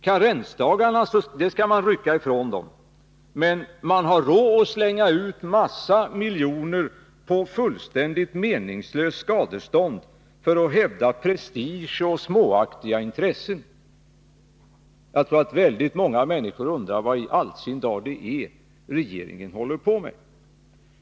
Karensdagarna skall man rycka från dem, men man har råd att slänga ut en massa miljoner på fullständigt meningslöst skadestånd, för att hävda prestige och småaktiga intressen. Jag tror att väldigt många människor undrar vad i all sin dar regeringen håller på med.